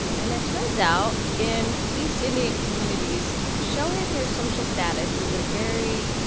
and it turns out in east indian communities, showing your social status is a very,